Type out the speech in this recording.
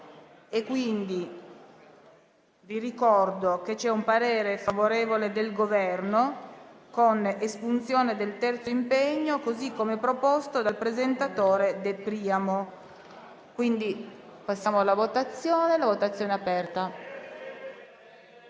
votazione. Vi ricordo che c'è un parere favorevole del Governo, con espunzione del terzo impegno, così come proposto dal presentatore De Priamo.